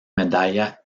medalla